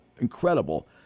incredible